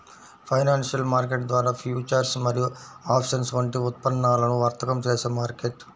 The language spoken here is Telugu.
ఫైనాన్షియల్ మార్కెట్ ద్వారా ఫ్యూచర్స్ మరియు ఆప్షన్స్ వంటి ఉత్పన్నాలను వర్తకం చేసే మార్కెట్